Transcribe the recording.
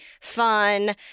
fun